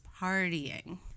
partying